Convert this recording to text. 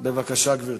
בבקשה, גברתי.